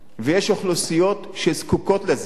ויש אוכלוסיות שזקוקות לזה.